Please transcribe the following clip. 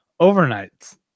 overnights